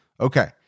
Okay